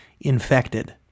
infected